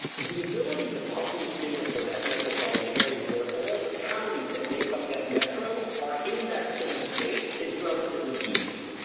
the ability to publish data for that metropolitan area where all the counties that make up that metro are in that same state is relatively easy.